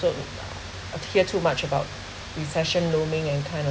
sort of of hear too much about recession looming and kind of